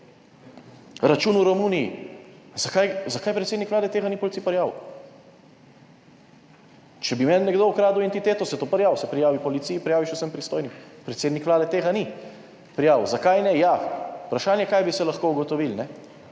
Račun v Romuniji, zakaj, zakaj predsednik Vlade tega ni policiji prijavil? Če bi meni nekdo ukradel entiteto, se to prijavi, se prijavi policiji, prijaviš vsem pristojnim. Predsednik Vlade tega ni prijavil. Zakaj ne? Ja, vprašanje kaj bi se lahko ugotovilo,